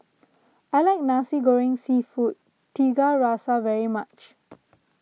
I like Nasi Goreng Seafood Tiga Rasa very much